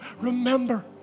remember